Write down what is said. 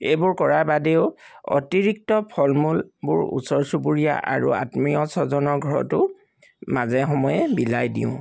এইবোৰ কৰাৰ বাদেও অতিৰিক্ত ফল মূলবোৰ ওচৰ চুবুৰীয়া আত্মীয় স্বজনৰ ঘৰতো মাজে সময় বিলাই দিওঁ